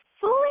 fully